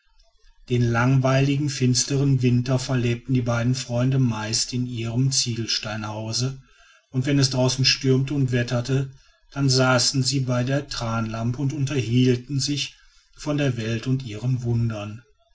den langweiligen finsteren winter verlebten die beiden freunde meist in ihrem ziegelsteinhause und wenn es draußen stürmte und wetterte dann saßen sie bei der thranlampe und unterhielten sich von der welt und ihren wundern